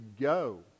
go